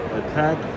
attack